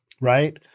Right